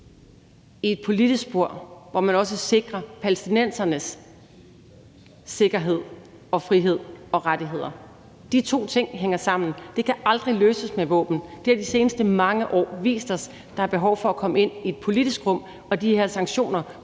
i et politisk spor, hvor man også sikrer palæstinensernes sikkerhed og frihed og rettigheder. De to ting hænger sammen. Det kan aldrig løses med våben. Det har de seneste mange år vist os. Der er behov for at komme ind i et politisk rum, og de her sanktioner